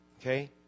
Okay